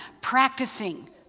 practicing